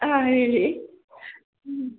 ಹಾಂ ಹೇಳಿ ಹ್ಞೂ